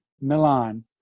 milan